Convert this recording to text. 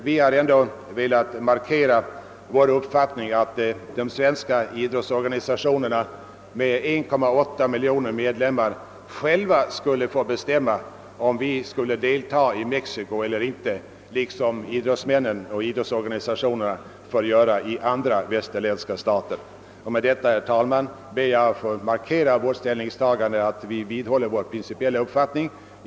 Vi har ändå velat markera vår uppfattning att de svenska idrottsorganisationerna med sina 1,8 miljon medlemmar själva skulle få bestämma, om vårt land skulle delta i Mexico eller inte liksom idrottsmännen och idrottsorganisationerna får göra i andra västerländska stater. Herr talman! Med detta har jag velat uttala att vi vidhåller vår principiella uppfattning.